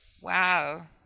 Wow